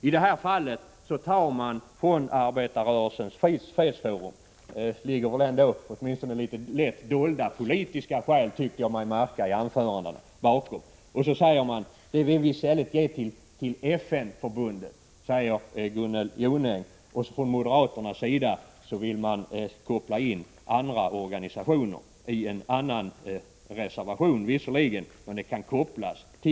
I det här fallet tar man från Arbetarrörelsens fredsforum, och bakom det ligger bara litet lätt dolda politiska skäl, tycker jag mig märka i anförandena. De pengarna vill vi i stället ge till FN-förbundet, säger Gunnel Jonäng, och moderaterna vill koppla in andra organisationer, i en annan reservation visserligen.